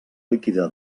líquida